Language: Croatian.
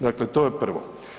Dakle, to je prvo.